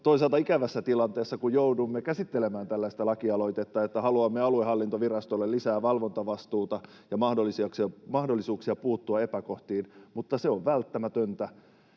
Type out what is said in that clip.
toisaalta ikävässä tilanteessa, kun joudumme käsittelemään tällaista lakialoitetta, että haluamme aluehallintovirastoille lisää valvontavastuuta ja mahdollisuuksia puuttua epäkohtiin, mutta se on välttämätöntä.